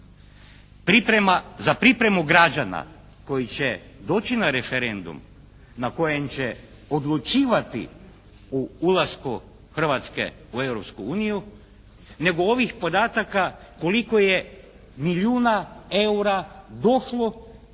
Za pripremu građana koji će doći na referendum na kojem će odlučivati o ulasku Hrvatske u Europsku uniju nego ovih podataka koliko je milijuna eura došlo,